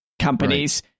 companies